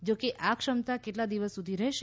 જોકે આ ક્ષમતા કેટલા દિવસ સુધી રહેશે